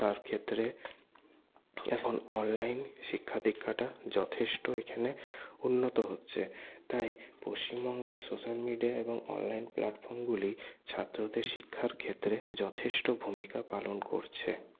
তার ক্ষেত্রে এখন অনলাইন শিক্ষাদীক্ষাটা যথেষ্ট এখানে উন্নত হচ্ছে তাই পশ্চিমবঙ্গে সোশ্যাল মিডিয়া এবং অনলাইন প্ল্যাটফর্মগুলি ছাত্রদের শিক্ষার ক্ষেত্রে যথেষ্ট ভূমিকা পালন করছে